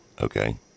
Okay